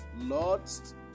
lost